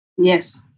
Yes